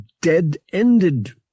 dead-ended